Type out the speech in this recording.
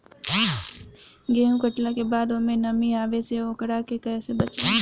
गेंहू कटला के बाद ओमे नमी आवे से ओकरा के कैसे बचाई?